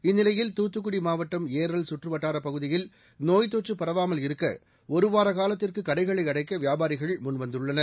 இந்நிலையில் தூத்துக்குடி மாவட்டம் ஏரல் சுற்றுவட்டாரப் பகுதியில் நோய்த் தொற்று பரவாமல் இருக்க ஒருவார காலத்திற்கு கடைகளை அடைக்க வியாபாரிகள் முன்வந்துள்ளனர்